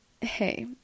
hey